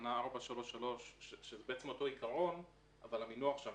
תקנה 4333 שהיא בעצם אותו עיקרון אבל המינוח שונה.